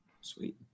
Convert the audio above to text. Sweet